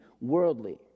worldly